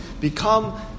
become